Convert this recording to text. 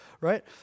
right